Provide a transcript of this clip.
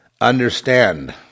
Understand